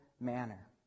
manner